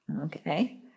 okay